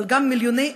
אבל גם מיליוני אחרים,